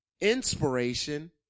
inspiration